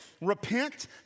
Repent